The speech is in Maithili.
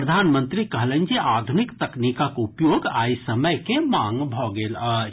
प्रधानमंत्री कहलनि जे आधुनिक तकनीकक उपयोग आइ समय के मांग भऽ गेल अछि